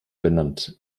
benannt